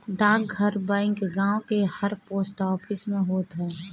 डाकघर बैंक गांव के हर पोस्ट ऑफिस में होत हअ